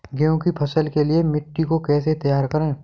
गेहूँ की फसल के लिए मिट्टी को कैसे तैयार करें?